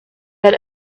that